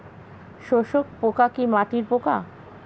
শোষক পোকা কি মাটির পোকা?